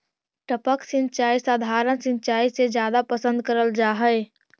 टपक सिंचाई सधारण सिंचाई से जादा पसंद करल जा हे